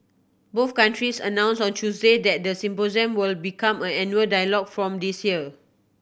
both countries announced on Tuesday that the symposium will become an annual dialogue from this year